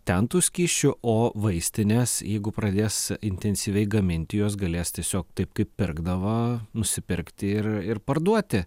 ten tų skysčių o vaistinės jeigu pradės intensyviai gaminti juos galės tiesiog taip kaip pirkdavo nusipirkti ir ir parduoti